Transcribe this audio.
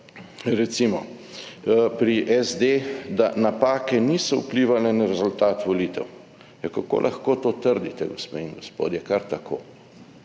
recimo pri SD, da napake niso vplivale na rezultat volitev. Kako lahko to trdite, gospe in gospodje, kar tako?